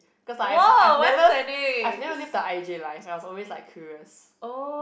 cause I've I've never I've never live the I_J life and I'm always like curious